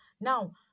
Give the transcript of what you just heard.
Now